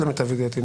למיטב ידיעתי,